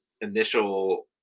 initial